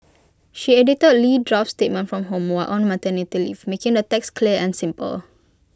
she edited lee draft statements from home while on maternity leave making the text clear and simple